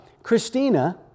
Christina